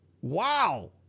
Wow